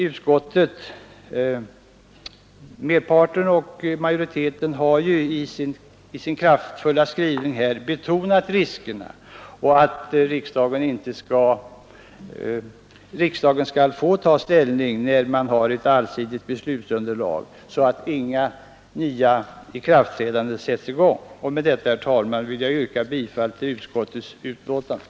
Utskottsmajoriteten har ändå i sin kraftfulla skrivning betonat riskerna och anfört att riksdagen skall få ta ställning först när ett nytt allsidigt beslutsunderlag föreligger. Herr talman! Med det anförda vill jag yrka bifall till utskottets hemställan.